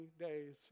days